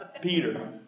Peter